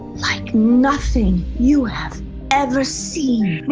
like nothing you have ever seen.